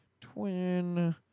Twin